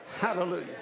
Hallelujah